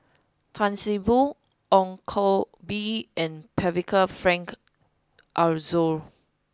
Tan See Boo Ong Koh Bee and Percival Frank Aroozoo